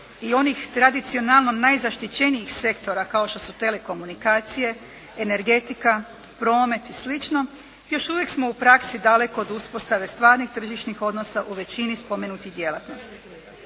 i onih tradicionalno najzaštićenijih sektora kao što su telekomunikacije, energetika, promet i slično, još uvijek smo u praksi daleko od uspostave stvarnih tržišnih odnosa u većini spomenutih djelatnosti.